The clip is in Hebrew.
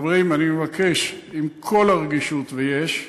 חברים, אני מבקש, עם כל הרגישות, ויש,